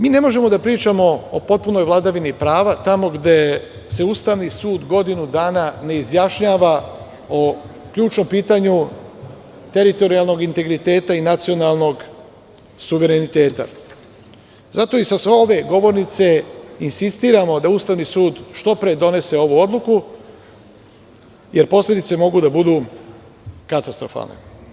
Mi ne možemo da pričamo o potpunoj vladavini prava tamo gde se Ustavni sud godinu dana ne izjašnjava o ključnom pitanju teritorijalnog integriteta i nacionalnog suvereniteta zato i sa ove govornice insistiramo da Ustavni sud što pre donese ovu odluku, jer posledice mogu da budu katastrofalne.